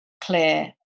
clear